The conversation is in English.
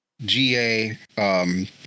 GA